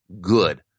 good